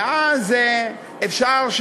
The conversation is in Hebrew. ואז אפשר,